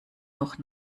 noch